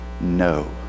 no